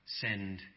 send